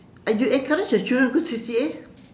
and you encourage your children to go C_C_A